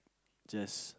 just